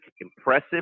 impressive